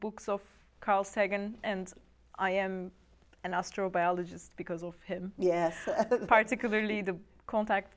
books of carl sagan and i am an astrobiologist because of him yes particularly the contact